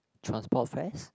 transport fares